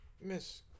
miss